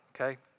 okay